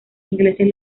ingleses